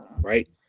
right